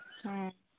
ᱦᱮᱸ